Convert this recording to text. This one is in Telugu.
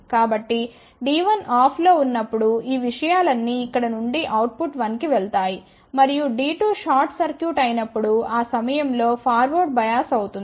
కాబట్టి D1ఆఫ్లో ఉన్నప్పుడు ఈ విషయాలన్నీ ఇక్కడ నుండి అవుట్ పుట్ 1 కి వెళ్తాయి మరియు D2 షార్ట్ సర్క్యూట్ అయినప్పుడు ఆ సమయంలో ఫార్వర్డ్ బయాస్ అవుతుంది